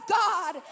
god